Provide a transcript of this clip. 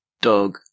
Dog